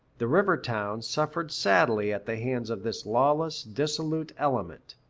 the river towns suffered sadly at the hands of this lawless, dissolute element.